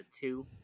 two